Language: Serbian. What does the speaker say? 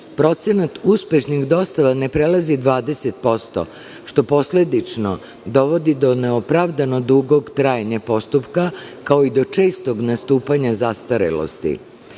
procenat uspešnih dostava ne prelazi 20%, što posledično dovodi do neopravdano dugog trajanja postupka, kao i do čestog nastupanja zastarelosti. Zbog